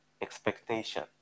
expectation